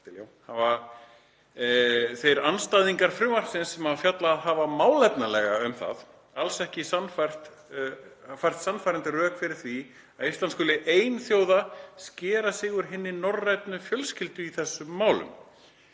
þeir andstæðingar frumvarpsins sem fjallað hafa málefnalega um það alls ekki fært sannfærandi rök fyrir því að Ísland skuli ein þjóða skera sig úr hinni norrænu fjölskyldu í þessum málum.“